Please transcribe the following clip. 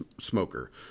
smoker